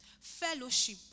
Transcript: fellowship